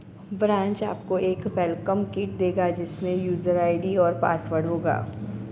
branch आपको एक welcome kit देगा जिसमे यूजर आई.डी और पासवर्ड होगा